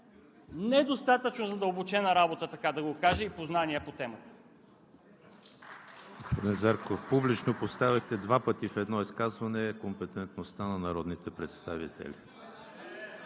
недостатъчно задълбочена работа, така да го кажа, и познания по темата.